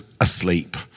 asleep